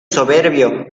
soberbio